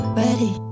ready